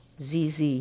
ZZ